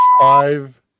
five